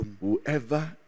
Whoever